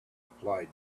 applied